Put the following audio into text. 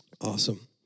Awesome